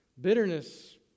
Bitterness